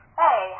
hey